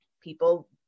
people